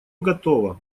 готово